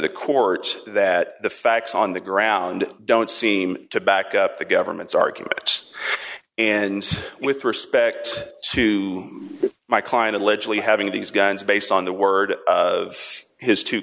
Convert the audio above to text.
the courts that the facts on the ground don't seem to back up the government's arguments and with respect to my client allegedly having these guns based on the word his two